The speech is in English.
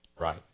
Right